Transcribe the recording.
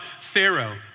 Pharaoh